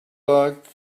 like